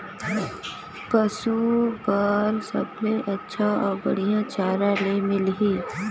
पशु बार सबले अच्छा अउ बढ़िया चारा ले मिलही?